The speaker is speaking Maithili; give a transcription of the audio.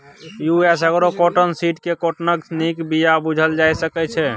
यु.एस एग्री कॉटन सीड केँ काँटनक नीक बीया बुझल जा सकै छै